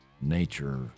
nature